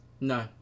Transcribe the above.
No